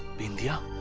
bindiya.